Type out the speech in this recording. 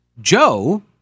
Joe